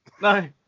no